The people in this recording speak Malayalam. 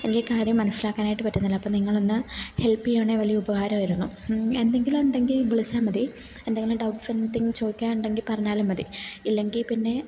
എനിക്ക് കാര്യം മനസ്സിലാക്കാനായിട്ട് പറ്റുന്നില്ല അപ്പം നിങ്ങളൊന്ന് ഹെല്പ് വലിയ ഉപകാരം ആയിരുന്നു എന്തെങ്കിലും ഉണ്ടെങ്കിൽ വിളിച്ചാൽ മതി എന്തെങ്കിലും ഡൗട്ട്സ് സംതിങ്ങ് ചോദിക്കാനുണ്ടെങ്കിൽ പറഞ്ഞാലും മതി ഇല്ലെങ്കിൽ പിന്നെ